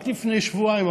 רק לפני שבועיים,